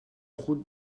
route